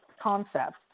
concept